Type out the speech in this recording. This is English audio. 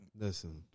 Listen